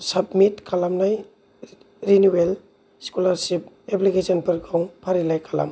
submit खालामनाय renewal scholarship एप्लिकेसनफोरखौ फारिलाइ खालाम